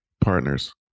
partners